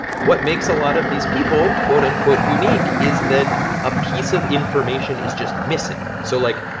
what makes a lot of these people, quote-unquote, unique is that a piece of information is just missing. so like,